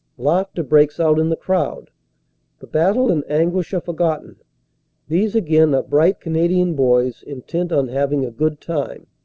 laughter breaks out in the crowd the battle and anguish are forgotten these again are bright canadian boys intent on having a good time.